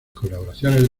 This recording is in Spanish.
colaboraciones